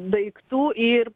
daiktų ir